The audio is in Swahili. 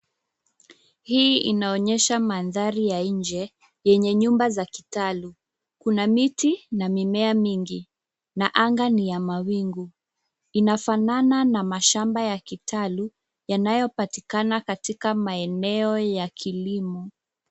Hii inaonyesha mandhari ya nje yenye nyumba za kitalu. Kuna miti na mimea mingi na anga ni ya mawingu. Inafanana na mashamba ya kitalu yanayopatikana katika maeneo ya kilimo.